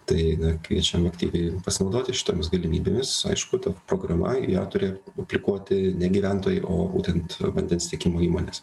tai na kviečiam aktyviai pasinaudoti šitomis galimybėmis aišku ta programa ją turi aplikuoti ne gyventojai o būtent vandens tiekimo įmonės